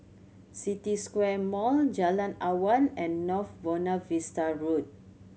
City Square Mall Jalan Awan and North Buona Vista Road